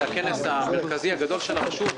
זה הכנס המרכזי הגדול של הרשות,